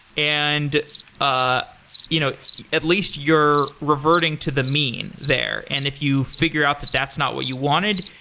and ah you know at least you're reverting to the mean there. and if you figure out that that's not what you wanted,